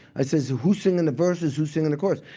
i says, who's singing the verses, who's singing the chorus?